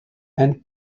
and